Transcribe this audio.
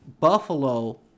Buffalo